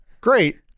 Great